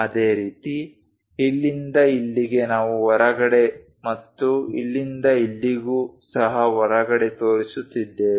ಅದೇ ರೀತಿ ಇಲ್ಲಿಂದ ಇಲ್ಲಿಗೆ ನಾವು ಹೊರಗಡೆ ಮತ್ತು ಇಲ್ಲಿಂದ ಇಲ್ಲಿಗೂ ಸಹ ಹೊರಗಡೆ ತೋರಿಸುತ್ತಿದ್ದೇವೆ